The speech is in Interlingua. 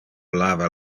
lava